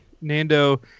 Nando